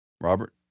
Robert